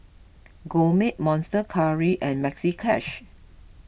Gourmet Monster Curry and Maxi Cash